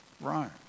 Rome